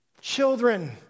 children